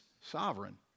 sovereign